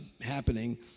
happening